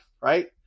Right